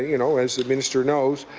you know as the minister knows,